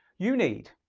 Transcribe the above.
you need